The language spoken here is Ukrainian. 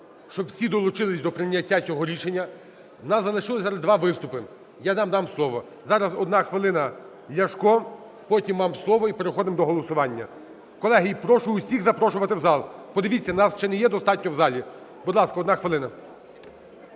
щоб всі долучились до прийняття цього рішення. В нас залишилось зараз два виступи, я надам слово. Зараз одна хвилина, Ляшко, потім вам слово, і переходимо до голосування. Колеги, і прошу усіх запрошувати в зал. Подивіться, нас чи не є достатньо в залі. Будь ласка, одна хвилина.